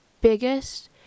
biggest